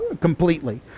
completely